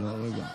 תודה רבה,